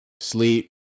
Sleep